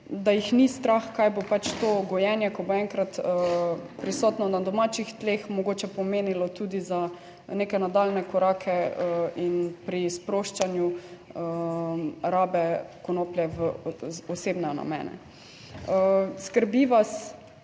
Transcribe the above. da jih ni strah, kaj bo pač to gojenje, ko bo enkrat prisotno na domačih tleh, mogoče pomenilo tudi za neke nadaljnje korake in pri sproščanju rabe konoplje v osebne namene. Skrbi vas